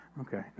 Okay